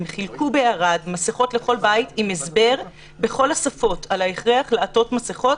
הם חילקו בערד מסכות לכל בית עם הסבר בכל השפות על ההכרח לעטות מסכות